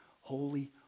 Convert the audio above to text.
holy